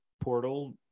portal